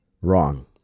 wrong